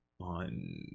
on